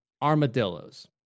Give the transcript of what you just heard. armadillos